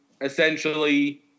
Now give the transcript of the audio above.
essentially